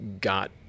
got